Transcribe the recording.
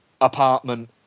apartment